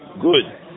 Good